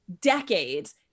decades